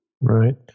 Right